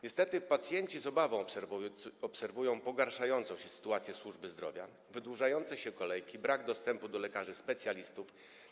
Niestety pacjenci z obawą obserwują pogarszającą się sytuację służby zdrowia, wydłużające się kolejki, brak dostępu do lekarzy specjalistów.